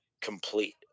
complete